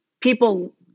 people